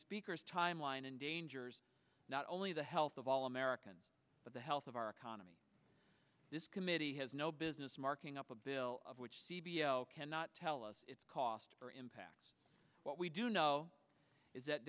speaker's timeline endangers not only the health of all americans but the health of our economy this committee has no business marking up a bill which cannot tell us cost or impact what we do know is that